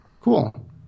Cool